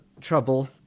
trouble